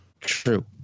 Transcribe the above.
True